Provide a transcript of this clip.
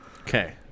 Okay